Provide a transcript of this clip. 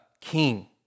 king